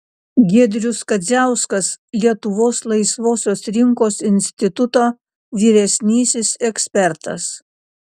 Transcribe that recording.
giedrius kadziauskas lietuvos laisvosios rinkos instituto vyresnysis ekspertas